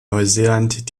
neuseeland